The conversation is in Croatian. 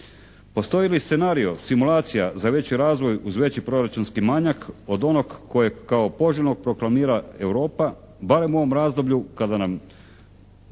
Postoji li scenario, simulacija za veći razvoj uz veći proračunski manjak od onog kojeg kao poželjnog proklamira Europa barem u ovom razdoblju kada nam